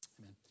Amen